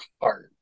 heart